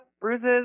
bruises